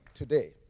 today